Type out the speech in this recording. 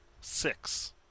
six